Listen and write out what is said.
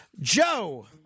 Joe